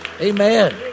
Amen